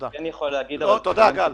אני כן יכול להגיד --- לא, תודה, גל.